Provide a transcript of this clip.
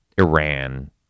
Iran